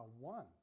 one